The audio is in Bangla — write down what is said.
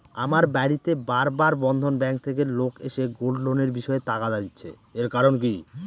আমার বাড়িতে বার বার বন্ধন ব্যাংক থেকে লোক এসে গোল্ড লোনের বিষয়ে তাগাদা দিচ্ছে এর কারণ কি?